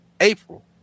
April